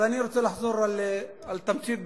ואני רוצה לחזור על התמצית בקצרה.